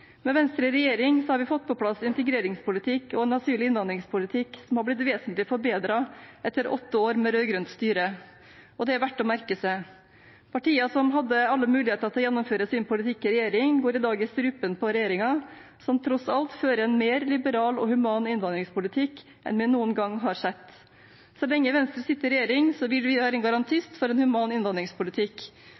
Med Venstre i regjering har vi fått på plass en integreringspolitikk og en asyl- og innvandringspolitikk som har blitt vesentlig forbedret etter åtte år med rød-grønt styre, og det er verdt å merke seg. Partier som hadde alle muligheter til å gjennomføre sin politikk i regjering, går i dag i strupen på regjeringen, som tross alt fører en mer liberal og human innvandringspolitikk enn vi noen gang har sett. Så lenge Venstre sitter i regjering, vil vi være en garantist for en human innvandringspolitikk,